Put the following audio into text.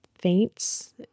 faints